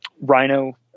rhino